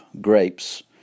grapes